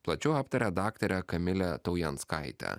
plačiau aptaria daktarė kamilė taujanskaitė